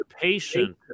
patient